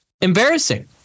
Embarrassing